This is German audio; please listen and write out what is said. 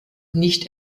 nicht